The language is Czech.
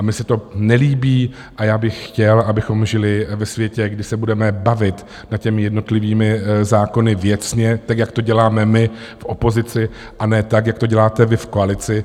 Mně se to nelíbí a já bych chtěl, abychom žili ve světě, kde se budeme bavit nad těmi jednotlivými zákony věcně tak, jako to děláme my v opozici, a ne tak, jak to děláte vy v koalici.